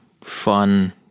fun